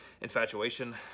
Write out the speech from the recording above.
infatuation